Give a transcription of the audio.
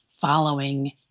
following